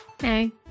Hey